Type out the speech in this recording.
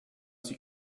sie